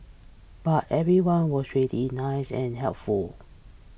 but everyone was really nice and helpful